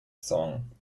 song